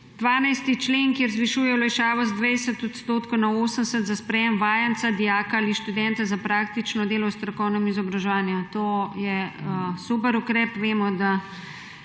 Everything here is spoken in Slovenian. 12. člen, kjer zvišujejo olajšavo z 20 % na 80 za sprejem vajenca, dijaka ali študenta za praktično delo v strokovnem izobraževanju, to je super ukrep. Vemo, da